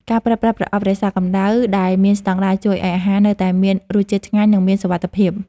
ការប្រើប្រាស់ប្រអប់រក្សាកម្ដៅដែលមានស្ដង់ដារជួយឱ្យអាហារនៅតែមានរសជាតិឆ្ងាញ់ និងមានសុវត្ថិភាព។